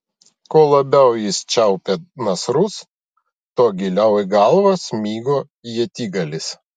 kuo labiau jis čiaupė nasrus tuo giliau į galvą smigo ietigalis